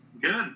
Good